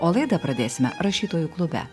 o laidą pradėsime rašytojų klube